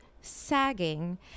sagging